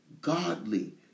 godly